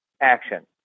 action